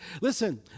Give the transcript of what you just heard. Listen